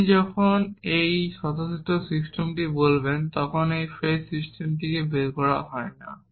আপনি যখন একটি স্বতঃসিদ্ধ সিস্টেম বলবেন তখন এটি ফ্রেজ সিস্টেমে বের করা হয় না